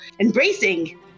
embracing